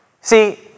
see